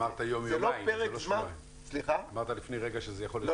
--- אמרת לפני רגע שזה יכול להיות יום-יומיים.